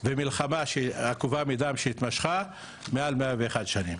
ומלחמה עקובה מדם שהתמשכה מעל מאה ואחת שנים.